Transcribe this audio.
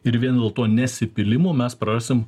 ir vien dėl to nesipylimo mes prarasim